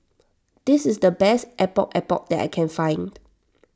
this is the best Epok Epok that I can find